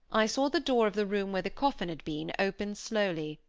i saw the door of the room where the coffin had been, open slowly,